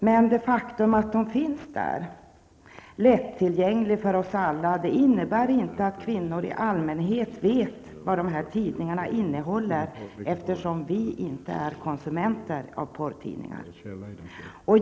Men det faktum att den finns där, lättillgänglig för alla, innebär inte att kvinnor i allmähet vet vad dessa tidningar innehåller, eftersom vi inte är konsumenter av porrtidningar.